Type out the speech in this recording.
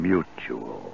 Mutual